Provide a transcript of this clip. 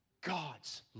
God's